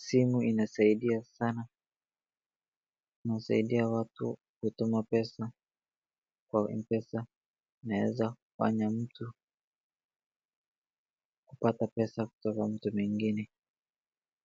Simu inasaidia sana. Inasaidia watu kupata pesa kwa Mpesa. Inaweza kufanya mtu kupata pesa kutoka mtu mwingine.